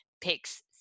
Picks